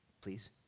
please